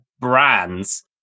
brands